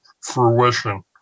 fruition